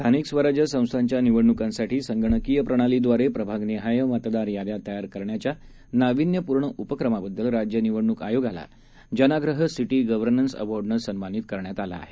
स्थानिक स्वराज्य संस्थांच्या निवडणुकांसाठी संगणकीय प्रणालीब्रारे प्रभागनिहाय मतदार याद्या तयार करण्याच्या नावीन्यपूर्ण उपक्रमाबद्दल राज्य निवडणूक आयोगाला जनाग्रह सिटी गव्हर्नन्स अवॉर्डनं सन्मानित करण्यात आलं आहे